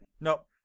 nope